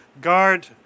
guard